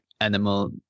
animal